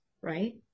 right